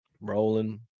rolling